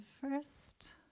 first